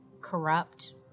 corrupt